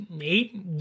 eight